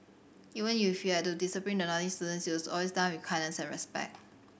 even you had to discipline the naughty students it was always done with kindness and respect